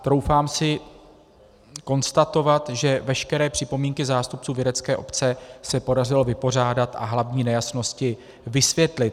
Troufám si konstatovat, že veškeré připomínky zástupců vědecké obce se podařilo vypořádat a hlavní nejasnosti vysvětlit.